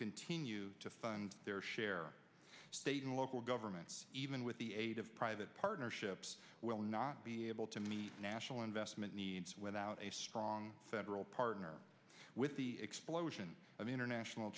continue to fund their share state and local governments even with the aid of private partnerships will not be able to meet national investment needs without a strong federal partner with the explosion of international